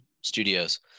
Studios